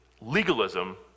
legalism